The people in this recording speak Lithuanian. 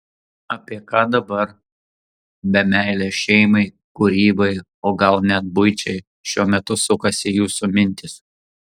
apie ką dar be meilės šeimai kūrybai o gal net buičiai šiuo metu sukasi jūsų mintys